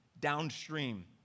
downstream